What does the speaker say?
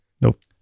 Nope